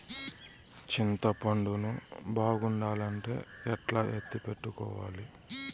చింతపండు ను బాగుండాలంటే ఎట్లా ఎత్తిపెట్టుకోవాలి?